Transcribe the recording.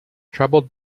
troubled